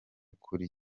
kuri